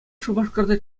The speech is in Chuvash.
шупашкарта